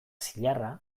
zilarra